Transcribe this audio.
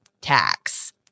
tax